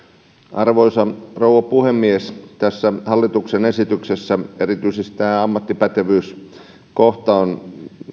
arvoisa rouva puhemies tässä hallituksen esityksessä erityisesti tämä ammattipätevyyskohta on